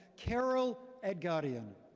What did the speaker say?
carol edgarian,